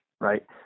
right